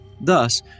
Thus